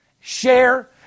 share